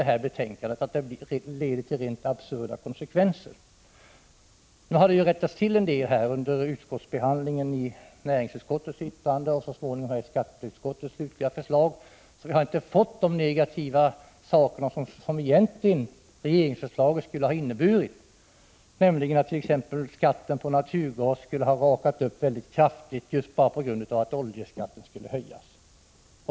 1985/86:164 att det får rent absurda konsekvenser. En del har rättats till under 5 juni 1986 framgår av dess slutliga förslag. 5 å Vi kommer således inte att få de negativa beslut som ett accepterande av ningar på statsbudgeten,m.m. regeringsförslaget skulle ha inneburit, nämligen att t.ex. skatten på naturgas skulle ha rakat i höjden mycket kraftigt just på grund av att oljeskatten skulle höjas.